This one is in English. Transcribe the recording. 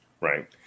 Right